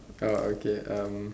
uh okay um